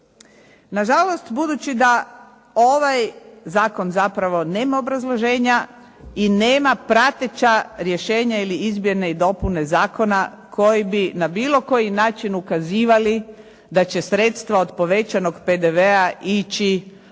Nažalost budući da ovaj zakon nema obrazloženja i nema prateća rješenja ili izmjene i dopune zakona koji bi na bilo koji način ukazivali da će sredstva od povećanog PDV-a ići